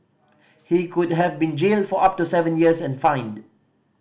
he could have been jailed for up to seven years and fined